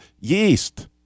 yeast